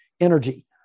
energy